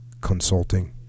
consulting